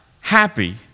happy